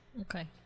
Okay